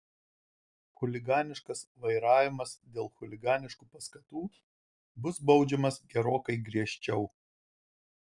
chuliganiškas vairavimas dėl chuliganiškų paskatų bus baudžiamas gerokai griežčiau